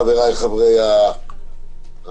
חבריי חברי הוועדה,